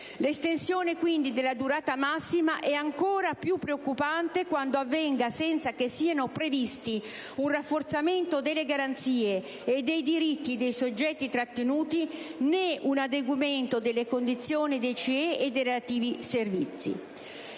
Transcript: L'estensione dalla durata massima è ancora più preoccupante quando avvenga senza che siano previsti un rafforzamento delle garanzie e dei diritti dei soggetti trattenuti e un adeguamento delle condizioni dei CIE e dei relativi servizi.